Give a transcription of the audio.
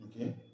okay